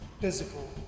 physical